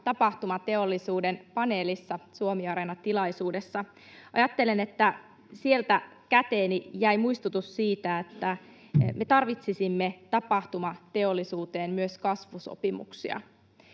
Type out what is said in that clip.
tapahtumateollisuuden paneelissa SuomiAreena-tilaisuudessa, ja ajattelen, että sieltä käteeni jäi muistutus siitä, että me tarvitsisimme tapahtumateollisuuteen myös kasvusopimuksia.